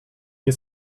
nie